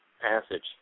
passage